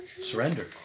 Surrender